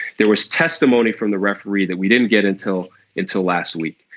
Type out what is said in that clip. there was testimony from the referee that we didn't get until until last week.